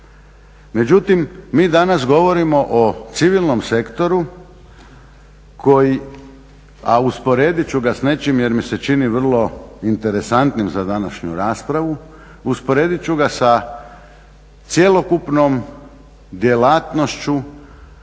Međutim, mi danas govorimo o civilnom sektoru koji, a usporedit ću ga s nečim jer mi se čini vrlo interesantnim za današnju raspravu usporedit ću ga sa cjelokupnom djelatnošću